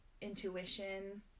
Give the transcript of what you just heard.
intuition